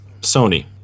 Sony